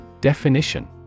Definition